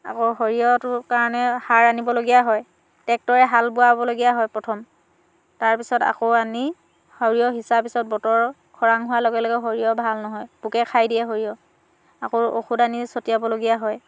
আকৌ সৰিয়হটোৰ কাৰণে সাৰ আনিবলগীয়া হয় ট্ৰেক্টৰে হাল বোৱাব লগীয়া প্ৰথম তাৰপিছত আকৌ আনি সৰিয়হ সিঁচাৰ পিছত বতৰ খৰাং হোৱাৰ লগে লগে সৰিয়হ ভাল নহয় পোকে খাই দিয়ে সৰিয়হ আকৌ ঔষধ আনি ছটিয়াবলগীয়া হয়